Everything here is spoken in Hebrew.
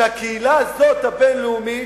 שהקהילה הזאת, הבין-לאומית,